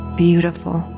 beautiful